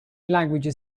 languages